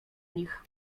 nich